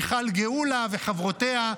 מיכל גאולה וחברותיה,